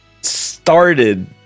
started